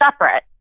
separate